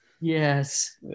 yes